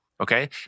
okay